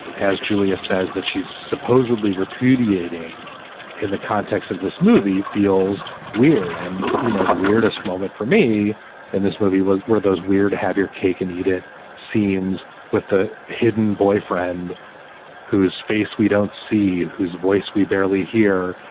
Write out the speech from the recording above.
as julia says, that she's supposedly repudiating in the context of this movie feels weird. and, you know, the weirdest moment for me in this movie was were those weird to have your cake and eat it scenes with the hidden boyfriend whose face we don't see, whose voice we barely hear,